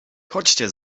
chodźcie